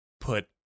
put